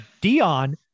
Dion